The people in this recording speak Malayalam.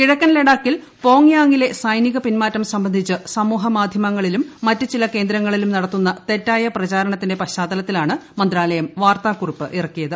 കിഴക്കൻ ലഡാക്കിൽ പോങ്ങിയാങ്ങിലെ സൈനിക പിൻമാറ്റം സംബന്ധിച്ച് സമൂഹ മാധ്യമങ്ങളിലും മറ്റ് ചില കേന്ദ്രങ്ങളിലും നടത്തുന്ന തെറ്റായ പ്രചരണത്തിന്റെ പശ്ചാത്തലത്തിലാണ് മന്ത്രാലയം വാർത്താക്കുറിപ്പ് ഇറക്കിയത്